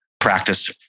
Practice